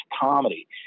comedy